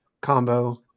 combo